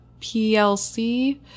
PLC